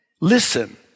Listen